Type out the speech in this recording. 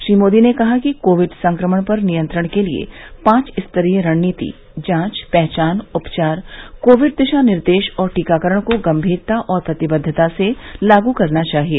श्री मोदी ने कहा कि कोवडि संक्रमण पर नियंत्रण के लिए पांच स्तरीय रणनीति जांच पहचान उपचार कोविड दिशा निर्देश और टीकाकरण को गंभीरता और प्रतिबद्वता से लागू करना चाहिए